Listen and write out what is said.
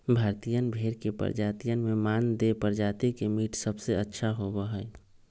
भारतीयन भेड़ के प्रजातियन में मानदेय प्रजाति के मीट सबसे अच्छा होबा हई